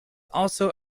also